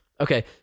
okay